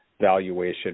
valuation